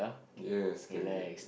yes can re~